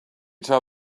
tell